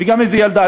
וגם איזו ילדה,